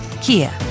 Kia